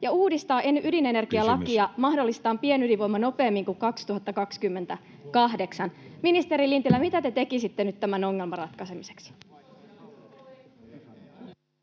ja uudistaa ydinenergialakia, niin että mahdollistetaan pienydinvoima nopeammin kuin 2028. Ministeri Lintilä, mitä te tekisitte nyt tämän ongelman ratkaisemiseksi?